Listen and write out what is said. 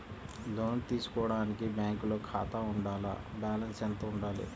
లోను తీసుకోవడానికి బ్యాంకులో ఖాతా ఉండాల? బాలన్స్ ఎంత వుండాలి?